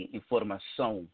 informação